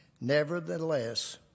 Nevertheless